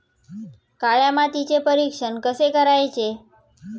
काळ्या मातीचे परीक्षण कसे करायचे?